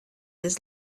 his